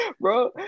bro